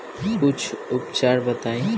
कुछ उपचार बताई?